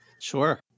Sure